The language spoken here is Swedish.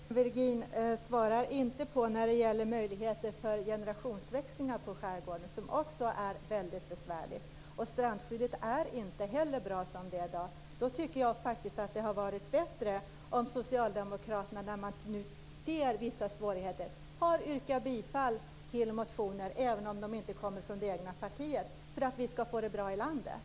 Fru talman! Lilian Virgin svarar inte på frågan om möjligheter för generationsväxlingar i skärgården, som också är något väldigt besvärligt. Strandskyddet är inte heller bra som det är i dag. Jag tycker faktiskt att det hade varit bättre om socialdemokraterna, nu när man ser vissa svårigheter, yrkade bifall också till motioner som inte kommer från det egna partiet, så att vi kan få det bra i landet.